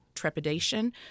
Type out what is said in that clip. Trepidation